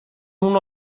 uno